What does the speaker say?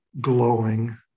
glowing